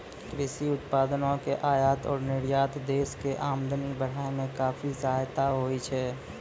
कृषि उत्पादों के आयात और निर्यात देश के आमदनी बढ़ाय मॅ काफी सहायक होय छै